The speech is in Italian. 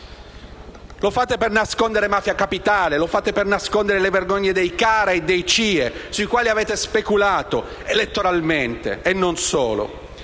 Lo fate per nascondere Mafia Capitale, lo fate per nascondere le vergogne dei CARA e dei CIE, sui quali avete speculato, elettoralmente e non solo.